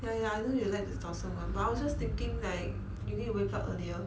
ya ya I know you like the 早上 [one] but I was just thinking like you need to wake up earlier